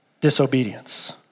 disobedience